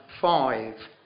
five